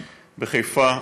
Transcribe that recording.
בחיפה,